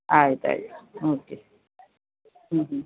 ಆಯ್ತು ಆಯ್ತು ಓಕೆ ಹ್ಞೂ ಹ್ಞೂ